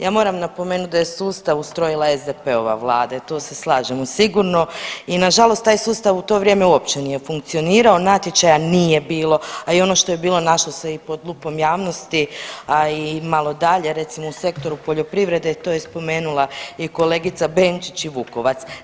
Ja moram napomenuti da je sustav ustrojila SDP-ova vlada i tu se slažemo sigurno i nažalost taj sustav u to vrijeme uopće nije funkcionirao, natječaja nije bilo, a i ono što je bilo našlo se i pod lupom javnosti, a i malo dalje, recimo u sektoru poljoprivrede to je spomenula i kolegica Benčić i Vukovac.